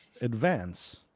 advance